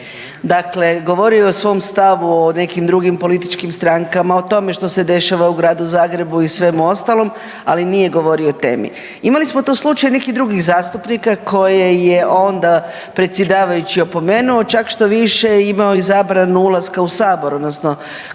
Dakle, govorio je o svom stavu o nekim drugim političkim strankama, o tome što se dešava u Gradu Zagrebu i svemu ostalom, ali nije govorio o temi. Imali smo tu slučaj nekih drugih zastupnika koje je onda predsjedavajući opomenuo. Čak što više imao je i zabranu ulaska u Sabor odnosno